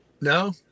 No